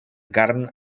carn